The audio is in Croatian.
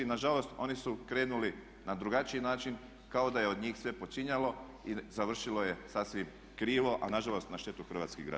Nažalost, oni su krenuli na drugačiji način kao da je od njih sve počinjalo i završilo je sasvim krivo a nažalost na štetu hrvatskih građana.